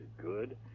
good